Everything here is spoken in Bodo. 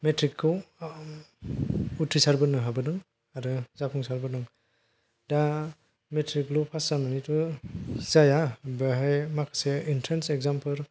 मेट्रिक खौ उथ्रिसारबोनो हाबोदों आरो जाफुंसारबोदों दा मेट्रिक ल' पास जानानैथ' जाया बेवहाय माखासे एनट्रेनस एगजाम फोर